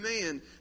man